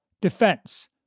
defense